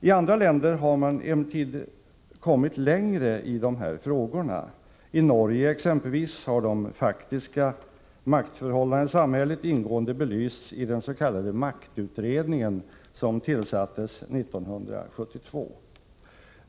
I andra länder har man emellertid kommit längre i de här frågorna. Exempelvis i Norge har de faktiska maktförhållandena i samhället ingående belysts i den s.k. maktutredningen, som tillsattes 1972.